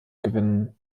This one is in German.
gewinnen